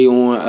on